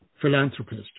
philanthropist